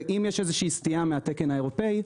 ואם יש סטייה מהתקן האירופי,